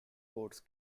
boats